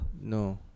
No